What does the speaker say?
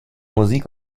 musik